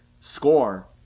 score